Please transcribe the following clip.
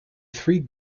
three